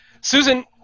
Susan